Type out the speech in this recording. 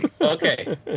Okay